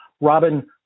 Robin